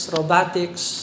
Robotics